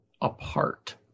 apart